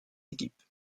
équipes